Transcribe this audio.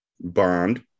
Bond